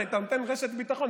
אתה נותן רשת ביטחון.